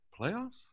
playoffs